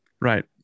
Right